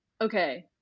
okay